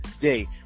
day